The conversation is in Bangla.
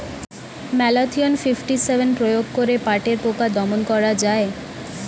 ম্যালাথিয়ন ফিফটি সেভেন প্রয়োগ করে পাটের পোকা দমন করা যায়?